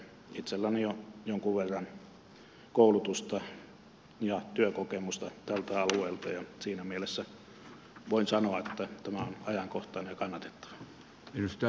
itselläni on jonkun verran koulutusta ja työkokemusta tältä alueelta ja siinä mielessä voin sanoa että tämä on ajankohtainen ja kannatettava